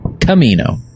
Camino